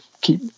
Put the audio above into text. keep